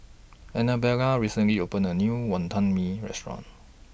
Annabella recently opened A New Wonton Mee Restaurant